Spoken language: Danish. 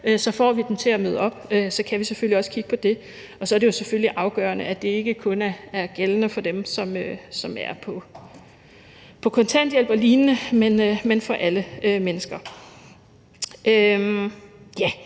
så får dem til at møde op, så kan vi selvfølgelig også kigge på det. Og så er det jo selvfølgelig afgørende, at det ikke kun er gældende for dem, som er på kontanthjælp og lignende, men for alle mennesker.